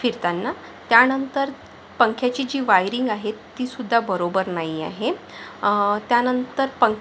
फिरताना त्यानंतर पंख्याची जी वायरिंग आहे ती सुद्धा बरोबर नाही आहे त्यानंतर पं